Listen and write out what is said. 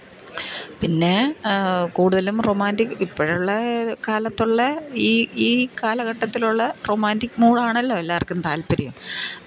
പിന്നെ കൂടുതലും റൊമാൻറിക്ക് ഇപ്പം ഉള്ള കാലത്തുള്ള ഈ ഈ കാലഘട്ടത്തിലുള്ള റൊമാൻറിക്ക് മൂഡ് ആണല്ലോ എല്ലാവർക്കും താൽപ്പര്യം